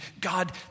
God